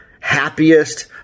happiest